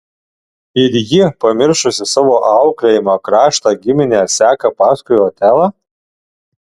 ir ji pamiršusi savo auklėjimą kraštą giminę seka paskui otelą